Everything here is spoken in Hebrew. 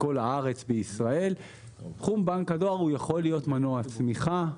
הארץ, תחום בנק הדואר יכול להיות מנוע צמיחה.